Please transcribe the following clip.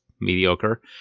mediocre